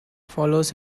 follows